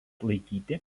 laikyti